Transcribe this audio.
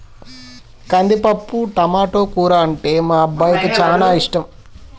కందిపప్పు టమాటో కూర అంటే మా అబ్బాయికి చానా ఇష్టం